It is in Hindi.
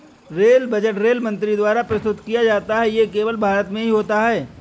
रेल बज़ट रेल मंत्री द्वारा प्रस्तुत किया जाता है ये केवल भारत में ही होता है